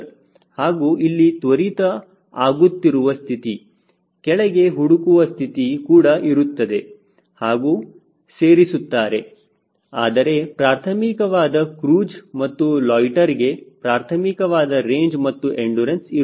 ಹಾಗೂ ಇಲ್ಲಿ ತ್ವರಿತ ಆಗುತ್ತಿರುವ ಸ್ಥಿತಿ ಕೆಳಗೆ ಹುಡುಕುವ ಸ್ಥಿತಿ ಕೂಡ ಇರುತ್ತದೆ ಹಾಗೂ ಸೇರಿಸುತ್ತಾರೆ ಆದರೆ ಪ್ರಾಥಮಿಕವಾದ ಕ್ರೂಜ್ ಮತ್ತು ಲೊಯ್ಟ್ಟೆರ್ಗೆ ಪ್ರಾಥಮಿಕವಾದ ರೇಂಜ್ ಮತ್ತು ಎಂಡುರನ್ಸ್ ಇರುತ್ತದೆ